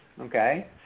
Okay